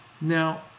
Now